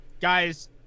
guys